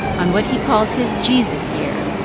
on what he calls his jesus year,